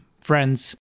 friends